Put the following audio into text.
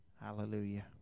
Hallelujah